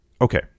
okay